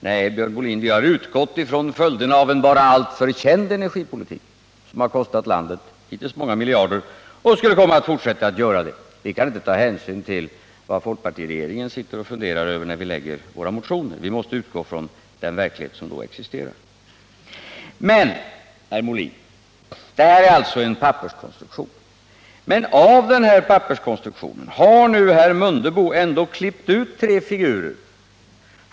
Nej, Björn Molin, vi har utgått från följderna av en bara alltför känd energipolitik, som hittills har kostat landet många miljarder och som skulle fortsätta att göra det. Vi kan inte ta hänsyn till vad folkpartiregeringen sitter och funderar över när vi väcker våra motioner. Vi måste utgå från den verklighet som då existerar. Det skulle alltså vara en papperskonstruktion enligt herr Molin. Men av denna papperskonstruktion har nu herr Mundebo ändå klippt ut tre figurer.